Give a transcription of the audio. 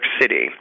City –